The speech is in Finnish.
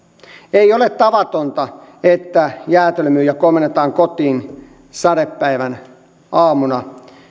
ei ole tavatonta että jäätelömyyjä komennetaan kotiin sadepäivän aamuna